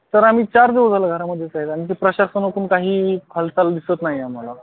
sir आम्ही चार दिवस झालं घरामध्येच आहे आणि प्रशासनाकडून काही हालचाल दिसत नाही आम्हाला